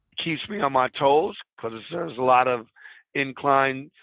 keeps me on my toes, cause there's a lot of inclines,